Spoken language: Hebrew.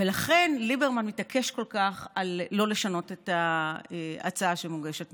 ולכן ליברמן מתעקש כל כך לא לשנות את ההצעה שמוגשת,